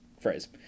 phrase